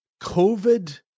COVID